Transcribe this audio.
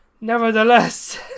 Nevertheless